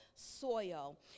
Soil